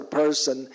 person